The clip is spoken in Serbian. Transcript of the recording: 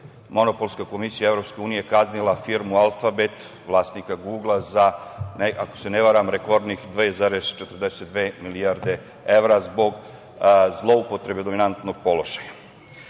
antimonopolska Komisija EU kaznila firmu „Alfabet“, vlasnika „Gugla“ za, ako se ne varam, rekordnih 2,42 milijarde evra zbog zloupotrebe dominantnog položaja. Kažem,